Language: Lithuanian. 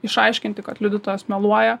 išaiškinti kad liudytojas meluoja